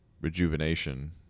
rejuvenation